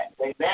Amen